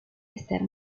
estar